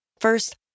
First